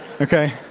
Okay